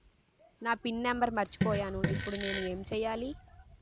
నా PIN number మర్చిపోయాను ఇప్పుడు నేను ఎంచేయాలి?